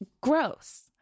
gross